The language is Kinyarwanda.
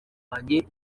wanjye